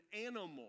animal